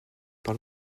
par